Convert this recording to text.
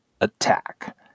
attack